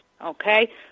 okay